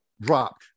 dropped